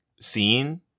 scene